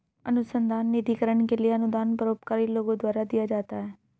अनुसंधान निधिकरण के लिए अनुदान परोपकारी लोगों द्वारा दिया जाता है